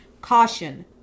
caution